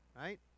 right